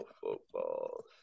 football